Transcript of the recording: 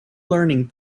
learning